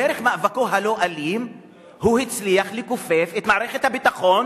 דרך מאבקו הלא-אלים הצליח לכופף את מערכת הביטחון,